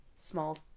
Small